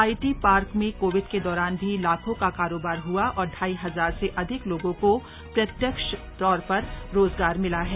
IT park में Covid के दौरान भी लाखों का कारोबार हआ और ढाई हजार से अधिक लोगों को प्रत्यक्ष तौर पर रोजगार मिला है